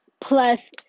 Plus